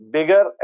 Bigger